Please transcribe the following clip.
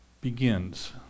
Begins